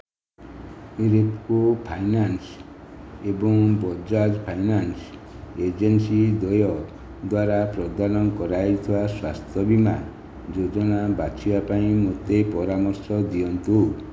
Repco finance ଏବଂ Bajaj finance agency ଦ୍ୱୟ ଦ୍ଵାରା ପ୍ରଦାନ କରାଯାଇଥିବା ସ୍ୱାସ୍ଥ୍ୟ ବୀମା ଯୋଜନା ବାଛିବା ପାଇଁ ମୋତେ ପରାମର୍ଶ ଦିଅନ୍ତୁ